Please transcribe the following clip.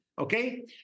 Okay